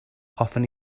hoffwn